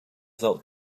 zoh